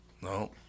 No